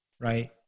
right